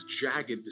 jagged